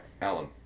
Alan